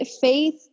Faith